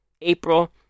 April